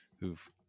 who've